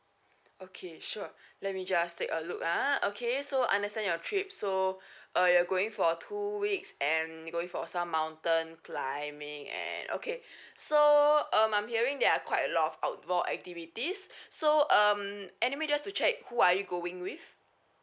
okay sure let me just take a look ah okay so understand your trip so uh you're going for two weeks and you're going for some mountain climbing and okay so um I'm hearing there are quite a lot of outdoor activities so um anyway just to check who are you going with